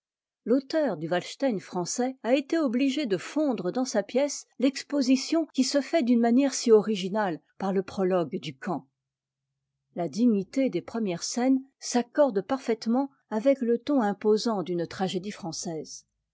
l'auteur du walstein français a été obligé de fondre dans sa pièce l'exposition qui se fait d'une manière si originale par le prologue du camp la dignité des premières scènes s'accorde parfaitement avec e ton imposant d'une tragédie française